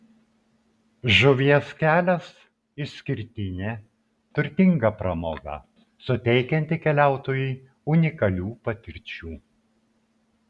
žuvies kelias išskirtinė turtinga pramoga suteikianti keliautojui unikalių patirčių